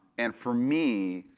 and for me,